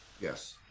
Yes